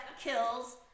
kills